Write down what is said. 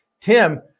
Tim